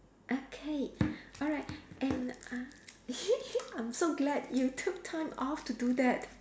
okay alright and uh I'm so glad you took time off to do that